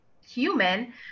human